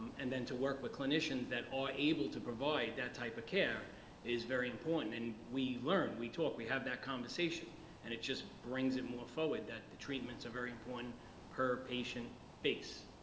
and then to work with clinicians that are able to provide that type of care is very important and we learned. we talk. we have that conversation and it just brings it more forward that the treatments are very important per patient base.